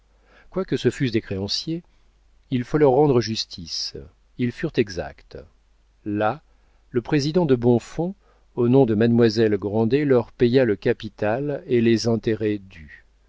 quoique ce fussent des créanciers il faut leur rendre justice ils furent exacts là le président de bonfons au nom de mademoiselle grandet leur paya le capital et les intérêts dus